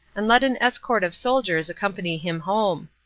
and let an escort of soldiers accompany him home.